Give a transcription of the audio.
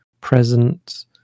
present